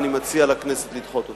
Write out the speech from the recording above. ואני מציע לכנסת לדחות אותה.